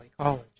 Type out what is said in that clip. College